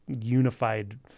unified